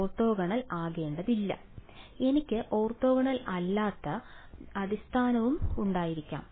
orthogonal ആകേണ്ടതില്ല എനിക്ക് orthogonal അല്ലാത്ത അടിസ്ഥാനവും ഉണ്ടായിരിക്കാം